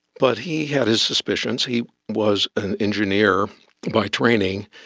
but he had his suspicions. he was an engineer by training,